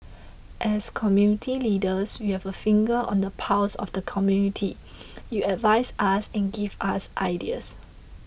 as community leaders you have a finger on the pulse of the community you advise us and give us ideas